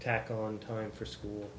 tack on time for school